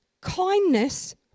kindness